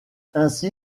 ainsi